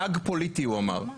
באג פוליטי הוא אמר.